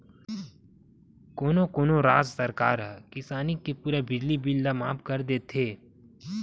कोनो कोनो राज सरकार ह किसानी के पूरा बिजली बिल ल माफ कर देथे